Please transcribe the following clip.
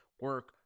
Work